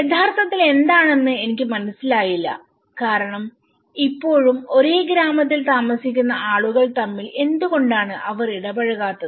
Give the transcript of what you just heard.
യഥാർത്ഥത്തിൽ എന്താണെന്ന് എനിക്ക് മനസ്സിലായില്ല കാരണം ഇപ്പോഴും ഒരേ ഗ്രാമത്തിൽ താമസിക്കുന്ന ആളുകൾ തമ്മിൽ എന്ത്കൊണ്ടാണ് അവർ ഇടപഴകാത്തത്